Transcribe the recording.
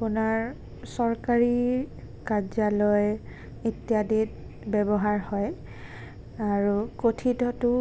আপোনাৰ চৰকাৰী কাৰ্যালয় ইত্যাদিত ব্যৱহাৰ হয় আৰু কথিতটো